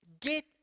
Get